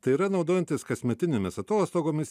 tai yra naudojantis kasmetinėmis atostogomis